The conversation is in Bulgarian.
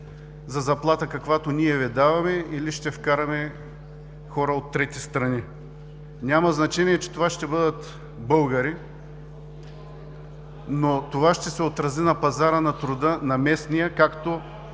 за заплата каквато ние Ви даваме, или ще вкараме хора от трети страни“. Няма значение, че това ще бъдат българи, но това ще се отрази на пазара на труда на местния, както